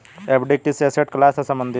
FD किस asset class से संबंधित है?